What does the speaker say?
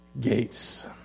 gates